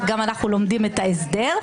גם אנחנו לומדים את ההסדר,